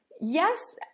Yes